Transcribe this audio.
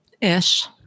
Ish